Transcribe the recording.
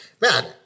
man